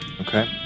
Okay